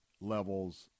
levels